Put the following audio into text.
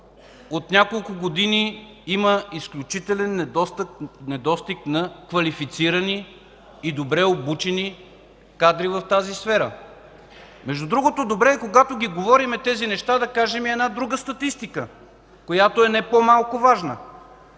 от няколко години има изключителен недостиг на квалифицирани и добре обучени кадри в тази сфера. Между другото, добре е, когато говорим тези неща, да кажем и една друга статистика, която е не по-малко важна.